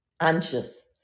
anxious